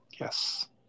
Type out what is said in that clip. Yes